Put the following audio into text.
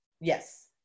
Yes